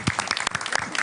הכנסת.